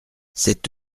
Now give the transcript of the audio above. c’est